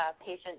patient